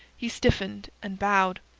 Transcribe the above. he stiffened and bowed.